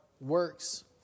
works